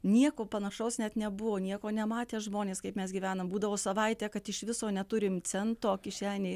nieko panašaus net nebuvo nieko nematė žmonės kaip mes gyvenam būdavo savaitę kad iš viso neturim cento kišenėj